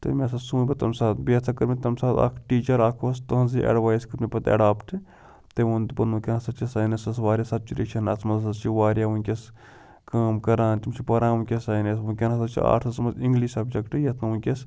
تہٕ مےٚ ہسا سُونچ پتہٕ تَمہِ ساتہٕ بیٚیہِ ہَسا کٔر مےٚ تَمہِ ساتہٕ اَکھ ٹیٖچَر اَکھ اوٗس تہنٛزٕے ایٚڈوایِس کٔر مےٚ پَتہٕ ایٚڈاپٹہٕ تٔمۍ ووٚن دوٚپُن وُنکٮ۪ن ہَسا چھِ ساینَسَس وارِیاہ سچُریشَن اَتھ منٛز ہَسا چھِ وارِیاہ وُنکیٚس کٲم کَران تِم چھِ پَران وُنکیٚس ساینَس وُنکٮ۪ن ہَسا چھِ آرٹسَس منٛز اِنٛگلِش سَبجَکٹہٕ یَتھ نہٕ وُنکیٚس